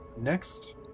Next